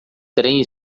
trem